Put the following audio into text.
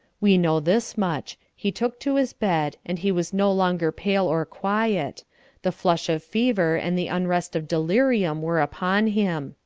we know this much he took to his bed, and he was no longer pale or quiet the flush of fever and the unrest of delirium were upon him.